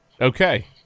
Okay